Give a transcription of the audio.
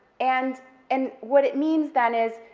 and and what it means then is,